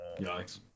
yikes